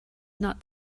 not